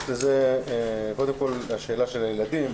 קודם כול לשאלה על הילדים.